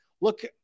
look